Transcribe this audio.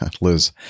Liz